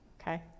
Okay